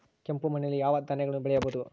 ಕೆಂಪು ಮಣ್ಣಲ್ಲಿ ಯಾವ ಧಾನ್ಯಗಳನ್ನು ಬೆಳೆಯಬಹುದು?